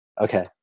Okay